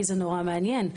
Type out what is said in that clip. כי זה נורא מעניין,